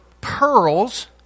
pearls